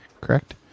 Correct